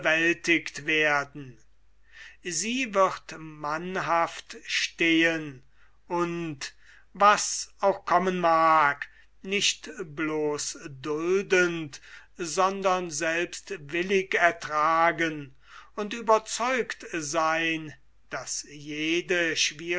werden sie wird mannhaft stehen und was auch kommen mag nicht blos duldend sondern selbst willig ertragen und überzeugt sein daß jede